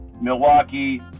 Milwaukee